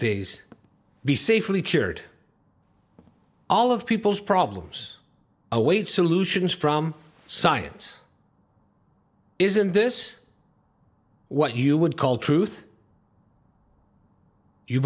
days be safely cured all of people's problems await solutions from science isn't this what you would call truth you